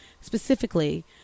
specifically